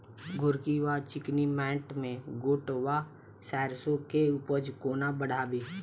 गोरकी वा चिकनी मैंट मे गोट वा सैरसो केँ उपज कोना बढ़ाबी?